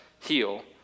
heal